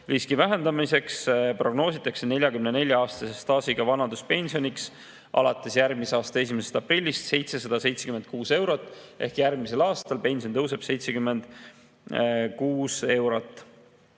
riski vähendamiseks prognoositakse 44‑aastase staaži puhul vanaduspensioniks alates järgmise aasta 1. aprillist 776 eurot ehk järgmisel aastal tõuseb pension 76 eurot.